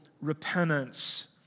repentance